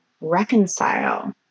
reconcile